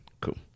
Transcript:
Cool